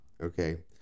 okay